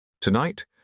Tonight